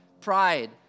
pride